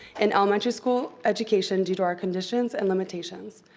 and elementary school education due to our conditions and limitations.